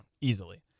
easily